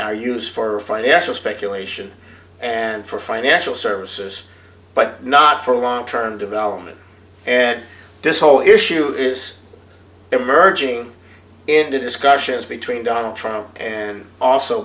are used for financial speculation and for financial services but not for long term development and disallow issue is emerging into discussions between donald trump and also